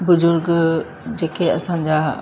बुज़ुर्ग जेके असांजा